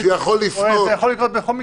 זה יכול לקרות בכל מקרה.